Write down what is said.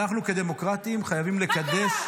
כדמוקרטים, חייבים לקדש.